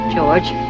George